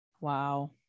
wow